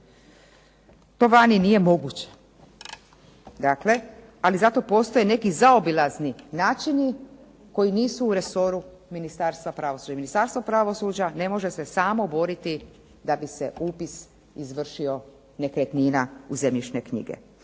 To vani nije moguće. Ali zato postoje neki zaobilazni načini koji nisu u resoru Ministarstva pravosuđa. Jer Ministarstvo pravosuđa ne može se samo boriti da bi se izvršio upis nekretnina u zemljišne knjige.